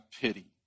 pity